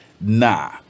Nah